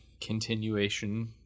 continuation